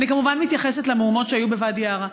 ואני כמובן מתייחסת למהומות שהיו בוואדי עארה.